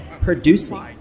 Producing